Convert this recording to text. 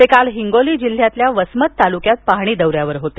ते काल हिंगोली जिल्ह्यातील वसमत तालुक्यात पाहणी दौर्यावर होते